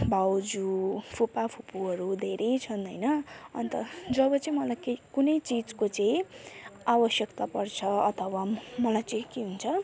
भाउजू फुपा फुपूहरू धेरै छन् होइन अन्त जब चाहिँ मलाई केही कुनै चिजको चाहिँ आवश्यकता पर्छ अथवा मलाई चाहिँ के हुन्छ